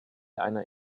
einer